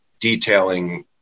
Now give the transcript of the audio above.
detailing